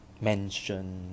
mention